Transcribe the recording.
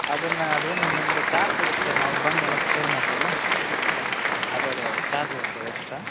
ಅದನ್ನು ಅದೇನು ನಮ್ಮದು ಚಾರ್ಜ್ ಇರುತ್ತೆ ಸರ್ ನಾವು ಬಂದು ಎಲ್ಲ ಸರ್ವ್ ಮಾಡ್ತೀವಲ್ಲ ಅದದೇ ಚಾರ್ಜ್ ಇದೆ ಸರ್ ಎಕ್ಸ್ಟ್ರಾ